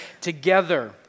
together